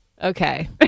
Okay